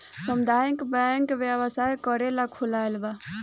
सामुदायक बैंक व्यवसाय करेला खोलाल बा